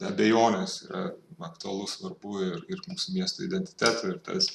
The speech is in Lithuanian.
abejonės yra aktualu svarbu ir ir mūsų miesto identitetui ir tas